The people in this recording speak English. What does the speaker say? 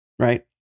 Right